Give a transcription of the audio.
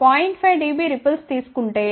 5 dB ripples తీసుకుంటే ఇది 0